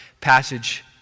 passage